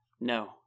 No